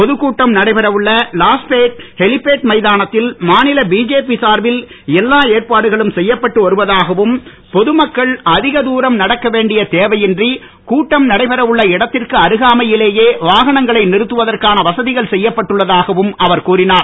பொதுக்கூட்டம் நடைபெற உள்ள லாஸ்பேட் ஹெலிபேட் மைதானத்தில் மாநில பிஜேபி சார்பில் எல்லா ஏற்பாடுகளும் செய்யப்பட்டு வருவதாகவும் பொதுமக்கள் அதிக தூரம் நடக்கவேண்டிய தேவையின்றி கூட்டம் நடைபெற உள்ள இடத்திற்கு அருகாமையிலேயே வாகனங்களை நிறுத்துவதற்கான வசதிகள் செய்யப்பட்டுள்ளதாகவும் அவர் கூறிஞர்